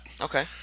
Okay